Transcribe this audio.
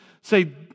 say